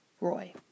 Roy